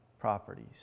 properties